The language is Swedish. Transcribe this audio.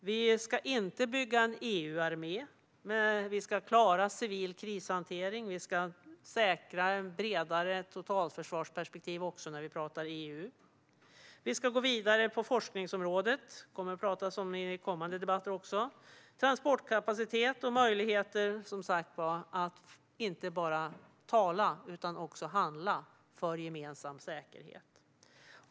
Vi ska inte bygga en EU-armé, men vi ska klara civil krishantering och vi ska säkra ett bredare totalförsvarsperspektiv också när vi pratar om EU. Vi ska gå vidare på forskningsområdet, vilket det kommer att talas om i kommande debatter. Det handlar också om transportkapacitet och om möjligheter att inte bara tala om utan även handla för gemensam säkerhet.